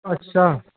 ਅੱਛਾ